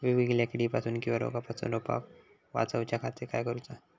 वेगवेगल्या किडीपासून किवा रोगापासून रोपाक वाचउच्या खातीर काय करूचा?